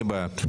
אני בעד.